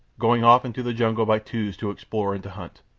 going off into the jungle by twos to explore and to hunt.